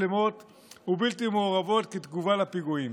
שלמות ובלתי מעורבות בתגובה לפיגועים.